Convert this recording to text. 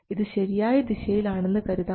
ഇത് ശരിയായ ദിശയിൽ ആണെന്ന് കരുതാം